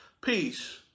peace